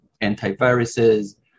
antiviruses